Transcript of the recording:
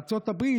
ארצות הברית,